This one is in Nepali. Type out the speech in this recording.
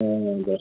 ए हजर